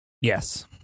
Yes